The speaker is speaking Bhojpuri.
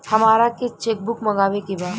हमारा के चेक बुक मगावे के बा?